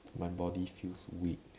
my body feels weak